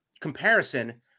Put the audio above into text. comparison